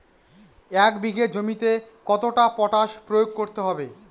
এক বিঘে জমিতে কতটা পটাশ প্রয়োগ করতে হবে?